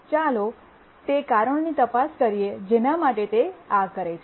ચાલો તે કારણોની તપાસ કરીએ જેના માટે તે આ કરે છે